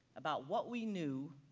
about what we knew,